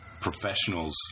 professional's